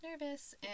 nervous